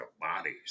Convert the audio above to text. bodies